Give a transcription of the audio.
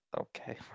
Okay